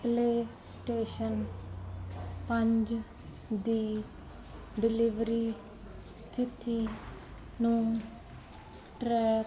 PlayStation ਪੰਜ ਦੀ delivery ਸਥਿਤੀ ਨੂੰ ਟਰੈਕ